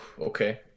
Okay